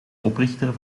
oprichter